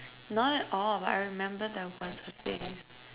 not all all but I remember there was a face